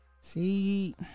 See